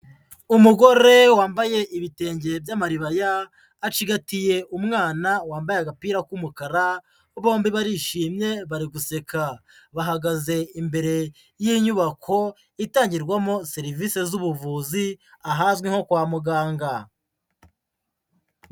Umugore wambaye ibitenge by'amaribaya, acigatiye umwana wambaye agapira k'umukara, bombi barishimye bari guseka, bahagaze imbere y'inyubako itangirwamo serivisi z'ubuvuzi ahazwi nko kwa muganga.